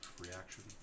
Reaction